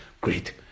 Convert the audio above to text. great